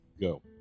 go